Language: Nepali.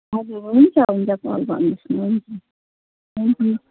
हजुर हुन्छ हुन्छ फोन गर्नुहोस् हुन्छ हुन्छ